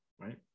right